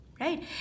right